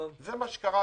זה מה שקרה.